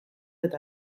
eta